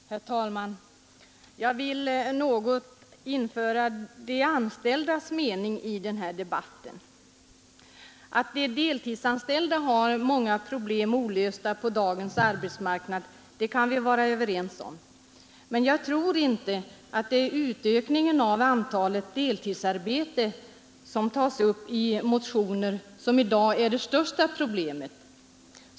Herr talman! Jag vill något införa de anställdas mening i den här debatten. Att de deltidsanställda har många problem olösta på arbetsmarknaden kan vi vara överens om, men jag tror inte att det är utökningen av antalet deltidsarbetande, som tagits upp i motioner, som i dag är det största problemet.